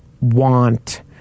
want